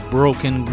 Broken